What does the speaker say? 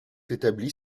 établis